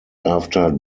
after